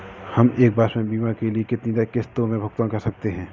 हम एक वर्ष में बीमा के लिए कितनी किश्तों में भुगतान कर सकते हैं?